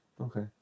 Okay